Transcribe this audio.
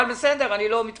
אבל בסדר, אני לא מתווכח.